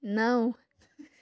نَو